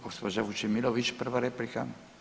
Gđa. Vučemilović prva replika.